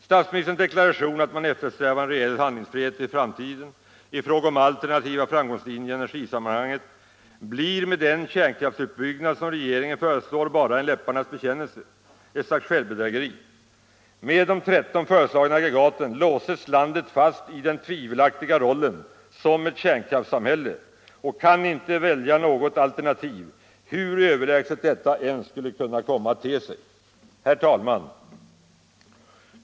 Statsministerns deklaration att man eftersträvar en reell handlingsfrihet i framtiden i fråga om alternativa framgångslinjer i energisammanhanget blir med den kärnkraftsutbyggnad som regeringen föreslår bara en läpparnas bekännelse, ett slags självbedrägeri. Med de 13 föreslagna aggregaten låses landet fast i den tvivelaktiga rollen som ett kärnkraftssamhälle och kan inte välja något alternativ, hur överlägset detta än skulle komma att te sig. Herr talman!